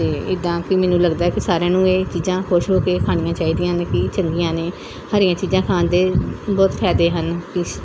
ਅਤੇ ਇੱਦਾਂ ਕਿ ਮੈਨੂੰ ਲੱਗਦਾ ਕਿ ਸਾਰਿਆਂ ਨੂੰ ਇਹ ਚੀਜ਼ਾਂ ਖੁਸ਼ ਹੋ ਕੇ ਖਾਣੀਆਂ ਚਾਹੀਦੀਆਂ ਨੇ ਕਿ ਚੰਗੀਆਂ ਨੇ ਹਰੀਆਂ ਚੀਜ਼ਾਂ ਖਾਣ ਦੇ ਬਹੁਤ ਫਾਇਦੇ ਹਨ ਇਸ